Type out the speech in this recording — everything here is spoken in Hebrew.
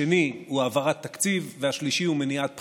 השנייה היא העברת תקציב והשלישית היא מניעת בחירות.